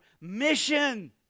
mission